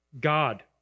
God